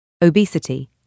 Obesity